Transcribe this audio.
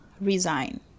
resign